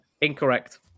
incorrect